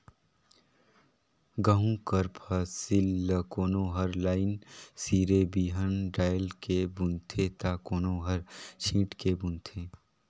गहूँ कर फसिल ल कोनो हर लाईन सिरे बीहन डाएल के बूनथे ता कोनो हर छींट के बूनथे